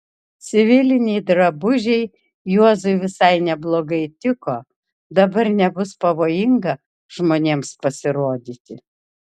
civiliniai drabužiai juozui visai neblogai tiko dabar nebus pavojinga žmonėms pasirodyti